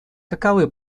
каковы